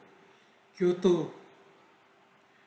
kyoto